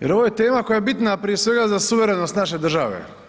jer ovo je tema koja je bitna prije svega za suverenost naše države.